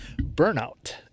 burnout